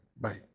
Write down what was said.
Bye